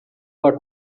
got